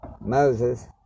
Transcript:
Moses